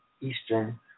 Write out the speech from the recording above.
Eastern